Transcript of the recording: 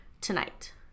tonight